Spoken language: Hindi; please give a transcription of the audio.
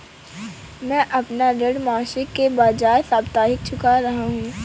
मैं अपना ऋण मासिक के बजाय साप्ताहिक चुका रहा हूँ